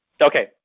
Okay